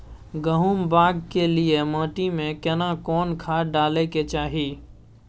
गहुम बाग के लिये माटी मे केना कोन खाद डालै के चाही?